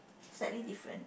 slightly different